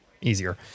easier